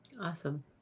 Awesome